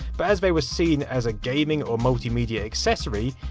but as they were scene as a gaming or multimedia accessory,